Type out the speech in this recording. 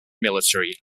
military